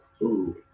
food